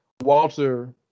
Walter